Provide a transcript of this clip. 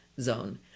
Zone